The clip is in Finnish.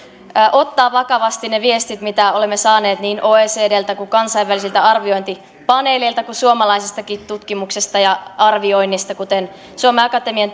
ottaa vakavasti ne viestit mitä olemme saaneet niin oecdltä kuin kansainvälisiltä arviointipaneeleilta ja suomalaisestakin tutkimuksesta ja arvioinnista kuten suomen akatemian